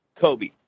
Kobe